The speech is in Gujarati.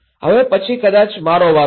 હવે પછી કદાચ મારો વારો છે